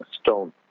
stone